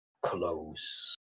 close